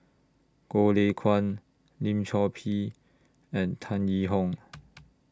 Goh Lay Kuan Lim Chor Pee and Tan Yee Hong